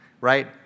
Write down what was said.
right